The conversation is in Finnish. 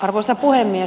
arvoisa puhemies